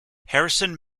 harrison